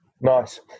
Nice